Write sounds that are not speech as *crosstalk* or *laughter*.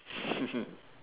*laughs*